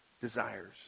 desires